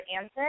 Answer